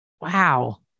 Wow